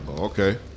Okay